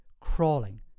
crawling